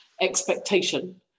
expectation